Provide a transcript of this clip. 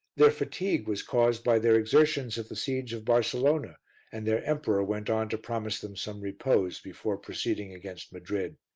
their fatigue was caused by their exertions at the siege of barcelona and their emperor went on to promise them some repose before proceeding against madrid.